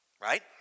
Right